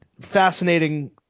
Fascinating